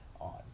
on